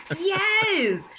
yes